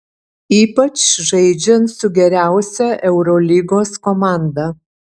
ypač žaidžiant su geriausia eurolygos komanda